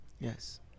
Yes